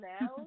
now